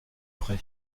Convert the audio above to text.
pré